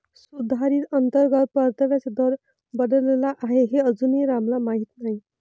सुधारित अंतर्गत परताव्याचा दर बदलला आहे हे अजूनही रामला माहीत नाही